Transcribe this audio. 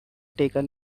taken